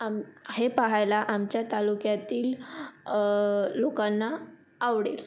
आम हे पहायला आमच्या तालुक्यातील लोकांना आवडेल